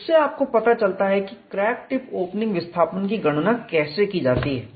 उससे आपको पता चलता है कि क्रैक टिप ओपनिंग विस्थापन की गणना कैसे की जाती है